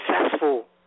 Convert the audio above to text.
successful